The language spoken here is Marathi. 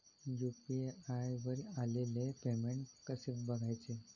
यु.पी.आय वर आलेले पेमेंट कसे बघायचे?